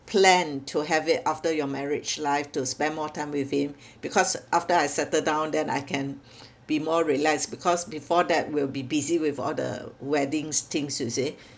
plan to have it after your marriage life to spend more time with him because after I settle down then I can be more relaxed because before that we'll be busy with all the wedding's things you see